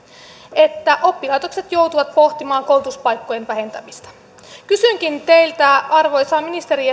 että oppilaitokset joutuvat pohtimaan koulutuspaikkojen vähentämistä kysynkin teiltä arvoisa ministeri